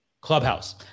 clubhouse